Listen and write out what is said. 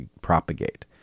propagate